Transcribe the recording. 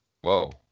Whoa